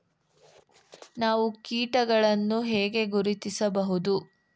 ನಾವು ಕೀಟಗಳನ್ನು ಹೇಗೆ ಗುರುತಿಸಬಹುದು?